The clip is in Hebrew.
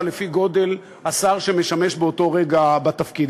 לפי גודל השר שמשמש באותו רגע בתפקיד,